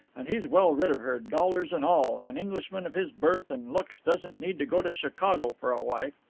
and he's well rid of her, dollars and all. an englishman of his birth and looks doesn't need to go to chicago for a wife.